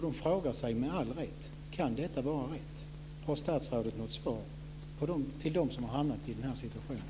De frågar sig med all rätt: Kan detta vara rätt? Har statsrådet något svar till dem som har hamnat i den situationen?